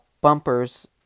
bumpers